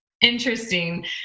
interesting